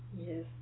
Yes